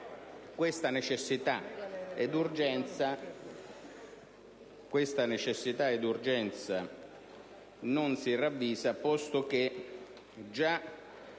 questa necessità e urgenza non si ravvisa, posto che già